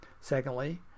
Secondly